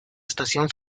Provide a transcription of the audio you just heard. estación